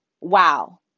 wow